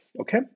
okay